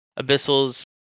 Abyssal's